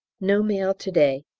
no mail to-day.